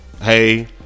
hey